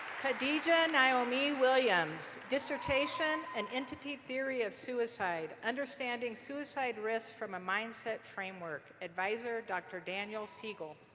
kadija ny'omi williams. dissertation, an entity theory of suicide understanding suicide risk from a mindset framework. advisor, dr. daniel segal.